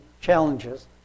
challenges